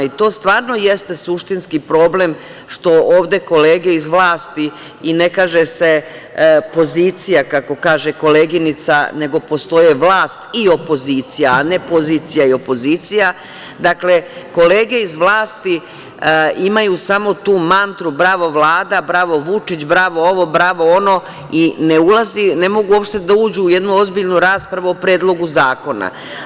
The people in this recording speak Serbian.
I to stvarno jeste suštinski problem, što ovde kolege iz vlasti, i ne kaže se pozicija, kako kaže koleginica, nego postoje vlast i opozicija, a ne pozicija i opozicija, dakle, kolege iz vlasti imaju samo tu mantru - bravo Vlada, bravo Vučić, bravo ovo, bravo ono i ne mogu uopšte da uđu u jednu ozbiljnu raspravu o Predlogu zakona.